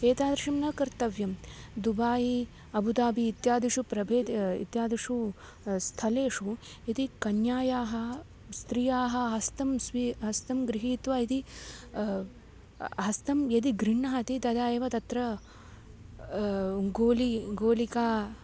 एतादृशं न कर्तव्यं दुबायि अबु दाबि इत्यादिषु प्रभेदः इत्यादिषु स्थलेषु यदि कन्यायाः स्त्रियाः हस्तं स्वहस्तं गृहीत्वा यदि हस्तं यदि गृण्हाति तदा एव तत्र गोलिका गोलिका